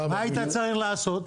מה היית צריך לעשות?